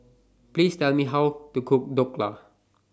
Please Tell Me How to Cook Dhokla